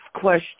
question